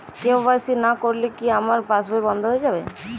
KYC না করলে কি আমার পাশ বই বন্ধ হয়ে যাবে?